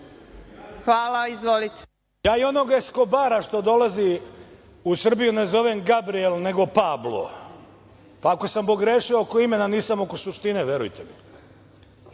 Bajatović** Ja i onog Eskobara što dolazi u Srbiju ne zovem Gabrijel, nego Pablo, pa ako sam pogrešio oko imena, nisam oko suštine, verujte